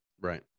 Right